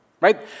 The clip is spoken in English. right